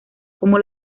como